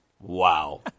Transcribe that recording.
Wow